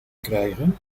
krijgen